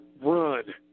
run